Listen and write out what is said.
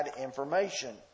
information